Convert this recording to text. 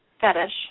fetish